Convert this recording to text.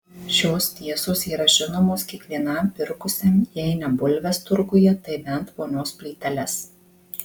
šios tiesos yra žinomos kiekvienam pirkusiam jei ne bulves turguje tai bent vonios plyteles